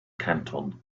canton